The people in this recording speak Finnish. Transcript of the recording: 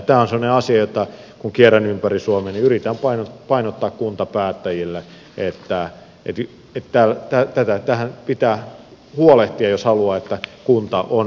tämä on sellainen asia jota kun kierrän ympäri suomea yritän painottaa kuntapäättäjille että tästä pitää huolehtia jos haluaa että kunta on elinvoimainen